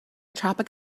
tropic